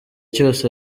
cyose